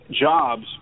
Jobs